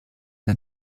der